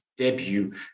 Debut